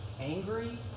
angry